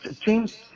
James